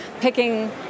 picking